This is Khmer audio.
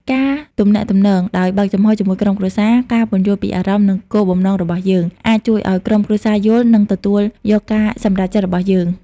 ការទំនាក់ទំនងដោយបើកចំហរជាមួយក្រុមគ្រួសារ ការពន្យល់ពីអារម្មណ៍ និងគោលបំណងរបស់យើង អាចជួយឱ្យក្រុមគ្រួសារយល់ និងទទួលយកការសម្រេចចិត្តរបស់យើង។